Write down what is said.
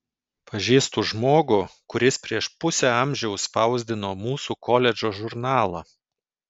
pažįstu žmogų kuris prieš pusę amžiaus spausdino mūsų koledžo žurnalą